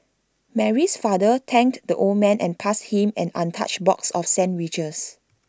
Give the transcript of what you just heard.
Mary's father thanked the old man and passed him an untouched box of sandwiches